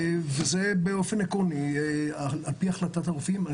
באופן עקרוני, זה על פי החלטת הרופאים.